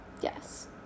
yes